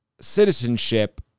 citizenship